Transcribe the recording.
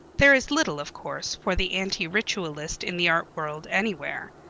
there is little, of course, for the anti-ritualist in the art-world anywhere.